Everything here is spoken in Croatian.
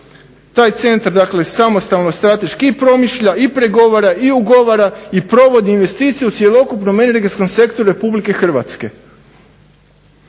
Taj centar dakle samostalno strateški i promišlja i pregovora i ugovora i provodi investiciju u cjelokupnom energetskom sektoru RH.